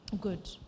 Good